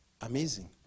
Amazing